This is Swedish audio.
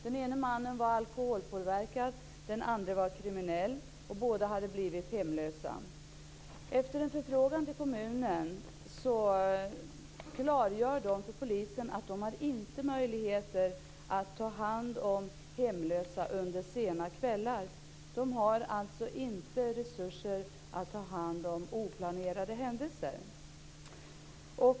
Den ene mannen var alkoholpåverkad, och den andre mannen var kriminell, och båda hade blivit hemlösa. Efter en förfrågan till kommunen klargjorde kommunen för polisen att den inte har möjligheter att ta hand om hemlösa under sena kvällar. Kommunen har alltså inte resurser att ta hand om oplanerade händelser.